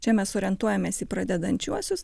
čia mes orientuojamės į pradedančiuosius